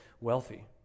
wealthy